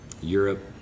europe